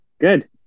Good